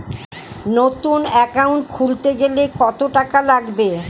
নতুন একাউন্ট খুলতে গেলে কত টাকা লাগবে?